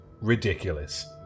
ridiculous